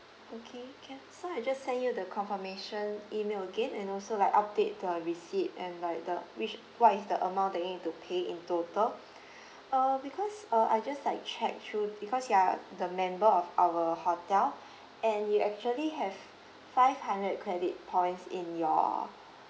okay can so I just send you the confirmation email again and also like update the receipt and like the which what is the amount that you need to pay in total uh because uh I just like check through because you're the member of our hotel and you actually have five hundred credit points in your